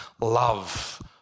love